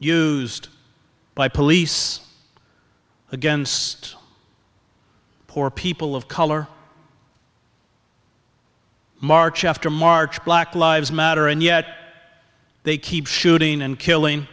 used by police against poor people of color march after march black lives matter and yet they keep shooting and killing